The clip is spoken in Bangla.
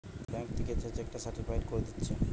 ব্যাংক থিকে যে চেক টা সার্টিফায়েড কোরে দিচ্ছে